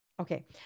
Okay